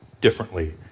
differently